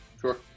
sure